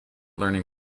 learning